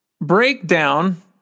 breakdown